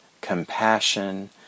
compassion